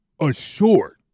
assured